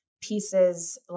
pieces